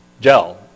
gel